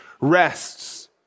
rests